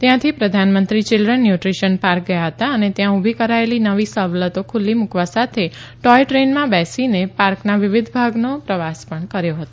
ત્યાંથી પ્રધાનમંત્રી Modi children nutrition park ગયા હતા અને ત્યાં ઊભી કરાયેલી નવી સવલતો ખુલ્લી મૂકવા સાથે ટોય ટ્રેનમાં બેસી પાર્કના વિવિધ ભાગનો પ્રવાસ પણ કર્યો હતો